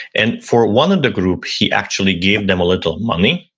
and for one of the group, he actually gave them a little money,